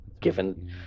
given